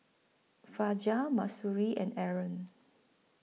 Fajar Mahsuri and Aaron